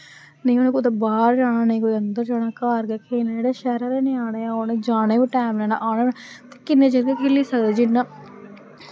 नेईं उ'नें कुतै बाह्र जाना नेईं कुतै अन्दर जाना घर गै खेलना जेह्ड़े शैह्रै दे ञ्यानें ऐं उनें जाना बी टैम दे ते आना बी ते किन्नै चिर गै खेली सकदे जियां